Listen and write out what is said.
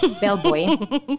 Bellboy